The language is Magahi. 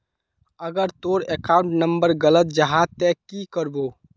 अगर तोर अकाउंट नंबर गलत जाहा ते की करबो?